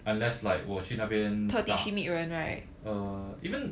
unless like 我去那边打 uh even